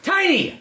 Tiny